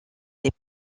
des